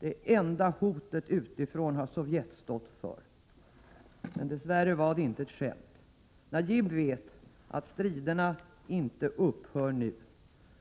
Det enda hotet utifrån har Sovjet stått för. Men dess värre var det inte ett skämt. Najibullah vet att striderna inte upphör nu.